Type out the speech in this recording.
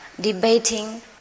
debating